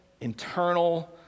internal